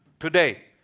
today.